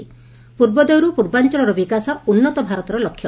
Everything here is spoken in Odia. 'ପୂର୍ବୋଦୟରୁ ପୂର୍ବାଞ୍ଚଳର ବିକାଶ ଉନ୍ନତ ଭାରତର ଲକ୍ଷ୍ୟ